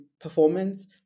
performance